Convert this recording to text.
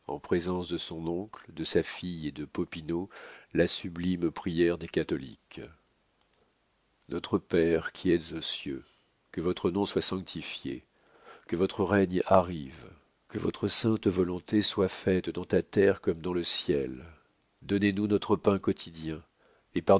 en présence de son oncle de sa fille et de popinot la sublime prière des catholiques notre père qui êtes aux cieux que votre nom soit sanctifié que votre règne arrive que votre sainte volonté soit faite dans la terre comme dans le ciel donnez-nous notre pain quotidien